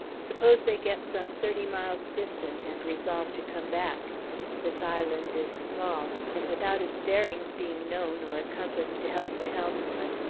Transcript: suppose they get some thirty miles distant and resolve to come back this island is small, and without its bearings being known or a compass to help the helms man,